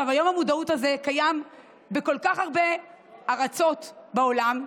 יום המודעות הזה קיים בכל כך הרבה ארצות בעולם,